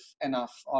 enough